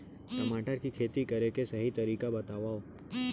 टमाटर की खेती करे के सही तरीका बतावा?